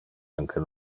anque